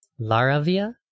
Laravia